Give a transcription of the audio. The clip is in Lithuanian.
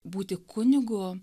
būti kunigu